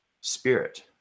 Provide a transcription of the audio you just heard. spirit